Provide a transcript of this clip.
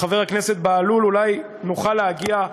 חבר הכנסת בהלול, אולי נוכל להגיע,